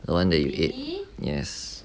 the one that you ate yes